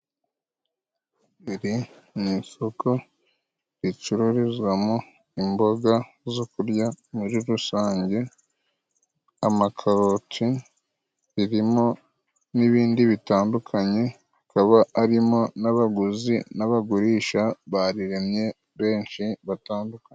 Iri ni isoko ricururizwamo imboga zo kurya muri rusange, amakaroti ririmo n'ibindi bitandukanye akaba harimo n'abaguzi n'abagurisha bariremye benshi batandukanye.